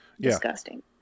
disgusting